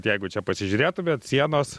jeigu čia pasižiūrėtumėt sienos